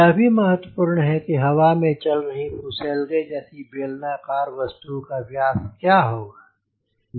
यह भी महत्वपूर्ण है कि हवा में चल रही फुसेलगे जैसी बेलनाकार वस्तु का व्यास क्या होगा